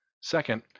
Second